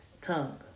tongue